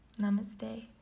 Namaste